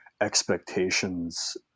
expectations